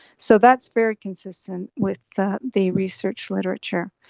so that's very consistent with the the research literature.